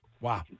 Wow